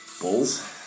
Bulls